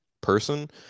person